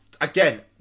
again